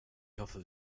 hoffe